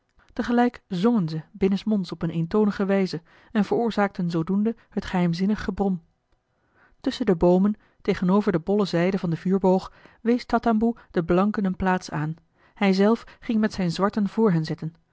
zongen ze binnensmonds op eene eentonige wijze en veroorzaakten zoodoende het geheimzinnig gebrom tusschen de boomen tegenover de bolle zijde van den vuurboog wees tatamboe den blanken eene plaats aan hij zelf ging met zijne zwarten voor hen zitten